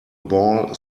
ball